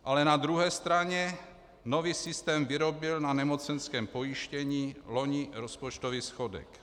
Ale na druhé straně nový systém vyrobil na nemocenském pojištění loni rozpočtový schodek.